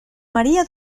maria